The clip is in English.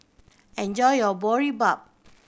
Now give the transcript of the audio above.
enjoy your Boribap